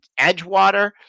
Edgewater